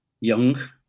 young